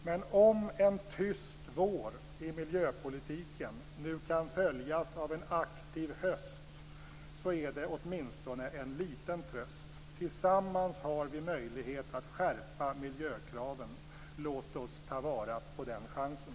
Men om en tyst vår i miljöpolitiken nu kan följas av en aktiv höst är det åtminstone en liten tröst. Tillsammans har vi möjlighet att skärpa miljökraven. Låt oss ta vara på den chansen!